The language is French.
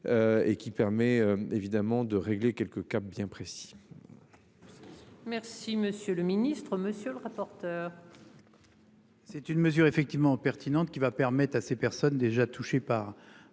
Et qui permet évidemment de régler quelques cas bien précis. C'est. Merci monsieur le ministre, monsieur le rapporteur. C'est une mesure effectivement pertinente qui va permettre à ces personnes déjà touchées par